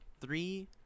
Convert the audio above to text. Three